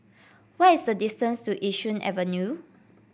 what is the distance to Yishun Avenue